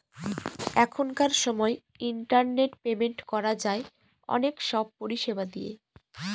এখনকার সময় internet payment করা যায় অনেক সব পরিষেবা দিয়ে